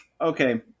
Okay